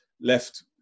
left